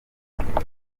umutwe